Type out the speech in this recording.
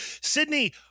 Sydney